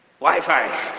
Wi-Fi